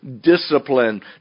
discipline